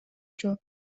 жооп